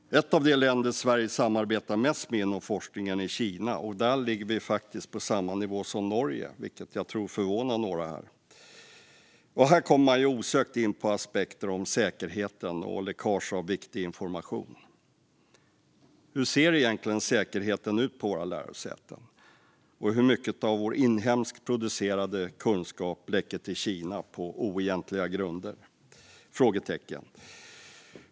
Ett av de länder Sverige samarbetar mest med inom forskningen är Kina. Där ligger vi faktiskt på samma nivå som Norge, vilket jag tror förvånar några här. Då kommer man ju osökt in på aspekter om säkerhet och läckage av viktig information. Hur ser egentligen säkerheten ut vid våra lärosäten, och hur mycket av vår inhemskt producerade kunskap läcker till Kina på oegentliga grunder?